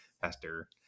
faster